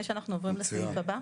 אני